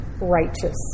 righteous